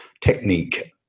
technique